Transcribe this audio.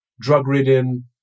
drug-ridden